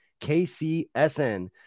KCSN